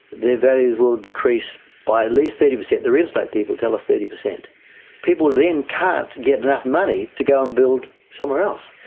their values will decrease by at least thirty percent. the real estate people tell us thirty percent. and people then can't get enough money to go and build somewhere else.